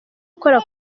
ukora